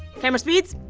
camera speeds.